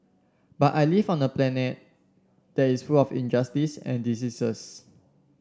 but I live on a planet that is full of injustice and diseases